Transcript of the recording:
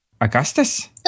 Augustus